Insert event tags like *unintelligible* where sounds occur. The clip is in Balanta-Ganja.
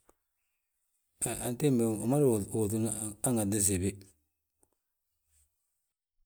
Antiimbi he umada *unintelligible* hanganti usibi wi.